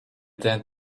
that